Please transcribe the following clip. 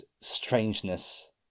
strangeness